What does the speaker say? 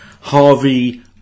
Harvey